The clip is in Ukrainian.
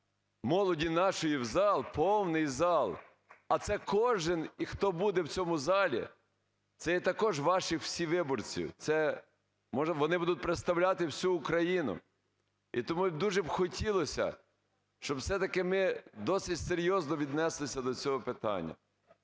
молоді нашої в зал, повний зал, а це кожен, хто буде в цьому залі, це є також ваші всі виборці, це може… вони будуть представляти всю Україну. І тому б дуже хотілося, щоб все-таки ми досить серйозно віднеслися до цього питання,